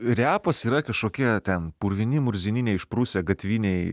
repas yra kažkokie ten purvini murzini neišprusę gatviniai